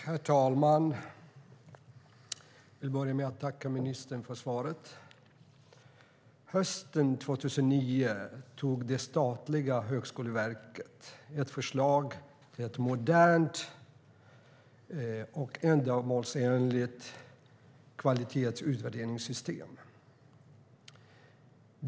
Herr talman! Jag vill börja med att tacka utbildningsministern för svaret. Hösten 2009 tog det statliga Högskoleverket fram ett förslag till ett modernt och ändamålsenligt kvalitetsutvärderingssystem.